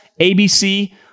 ABC